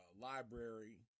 library